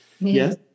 Yes